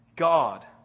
God